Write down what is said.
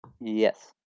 Yes